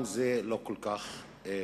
גם זה לא כל כך בטוח.